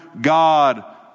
God